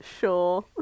Sure